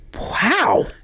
Wow